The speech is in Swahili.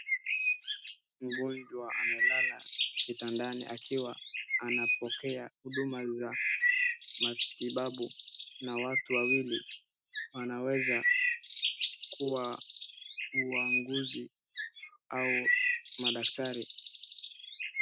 Mgonjwa amelala kitandani akiwa anapokea huduma za matibabu na watu wawili wanaweza kuwa wauguzi au madaktari.